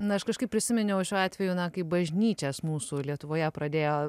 na aš kažkaip prisiminiau šiuo atveju na kaip bažnyčias mūsų lietuvoje pradėjo